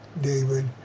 David